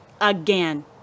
again